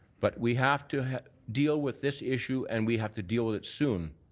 but we have to deal with this issue, and we have to deal with it soon.